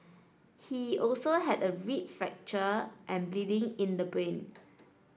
he also had a rib fracture and bleeding in the brain